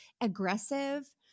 aggressive